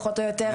פחות או יותר,